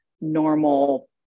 normal